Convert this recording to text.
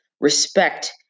Respect